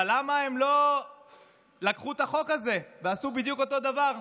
אבל למה הם לא לקחו את החוק הזה ועשו את אותו דבר בדיוק?